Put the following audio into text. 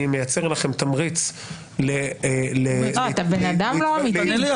אני מייצר לכם תמריץ --- אתה בן אדם לא אמיתי.